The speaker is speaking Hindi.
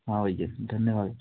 हाँ भैया धन्यवाद